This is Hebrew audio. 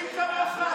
למה הוא קורא לך זבל?